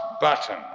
button